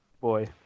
boy